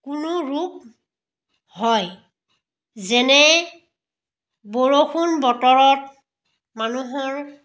কোনো ৰোগ হয় যেনে বৰষুণৰ বতৰত মানুহৰ